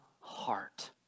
heart